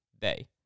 day